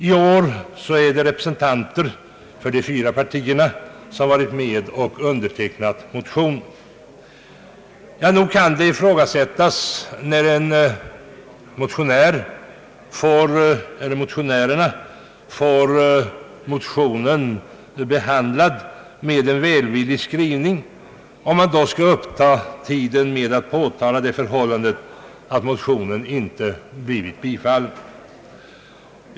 I år har representanter för de fyra partierna undertecknat motionen. När motionärerna fått motionen behandlad med en välvillig skrivning, kan det ifrågasättas om man skall uppta tiden med att påtala det förhållandet att motionen inte bifallits.